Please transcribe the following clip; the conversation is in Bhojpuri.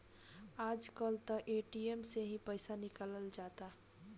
आज कल त ए.टी.एम से ही पईसा निकल जाता